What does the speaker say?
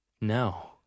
No